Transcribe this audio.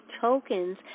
tokens